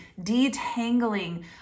detangling